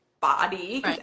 body